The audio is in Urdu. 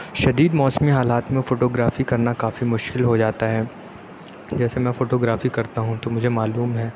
شدید موسمی حالات میں فوٹوگرافی کرنا کافی مشکل ہو جاتا ہے جیسے میں فوٹوگرافی کرتا ہوں تو مجھے معلوم ہے